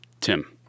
Tim